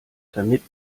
damit